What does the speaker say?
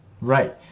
Right